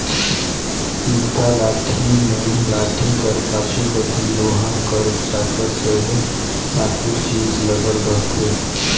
इरता लाठी मे लाठी कर पाछू कती लोहा कर चाकर चहे साकुर चीज लगल रहथे